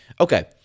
Okay